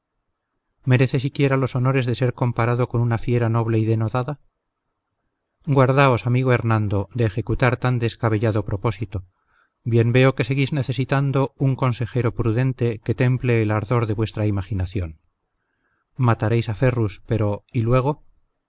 merece siquiera los honores de ser comparado con una fiera noble y denodada guardaos amigo hernando de ejecutar tan descabellado propósito bien veo que seguís necesitando un consejero prudente que temple el ardor de vuestra imaginación mataréis a ferrus pero y luego